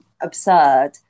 absurd